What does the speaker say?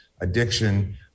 addiction